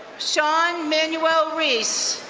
sean manuel reese,